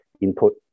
input